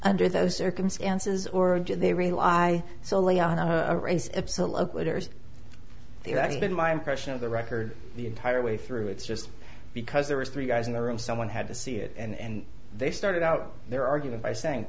under those circumstances or did they rely solely on a race absolute love letters that's been my impression of the record the entire way through it's just because there were three guys in the room someone had to see it and they started out their argument by saying